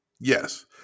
Yes